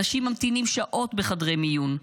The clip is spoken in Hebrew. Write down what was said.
אנשים ממתינים שעות בחדרי מיון,